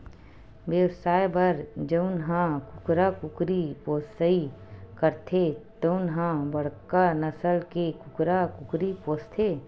बेवसाय बर जउन ह कुकरा कुकरी पोसइ करथे तउन ह बड़का नसल के कुकरा कुकरी पोसथे